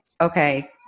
Okay